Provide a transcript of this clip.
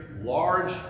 large